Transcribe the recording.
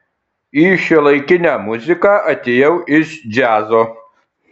į šiuolaikinę muziką atėjau iš džiazo